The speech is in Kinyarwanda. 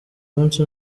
munsi